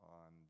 on